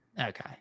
Okay